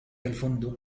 الفندق